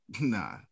nah